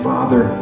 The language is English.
Father